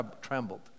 trembled